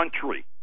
country